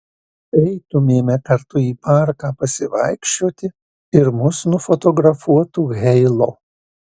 eitumėme kartu į parką pasivaikščioti ir mus nufotografuotų heilo